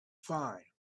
fine